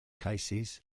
cases